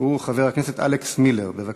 חבר הכנסת אלכס מילר, בבקשה.